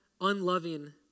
unloving